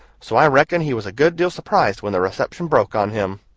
so i reckon he was a good deal surprised when the reception broke on him.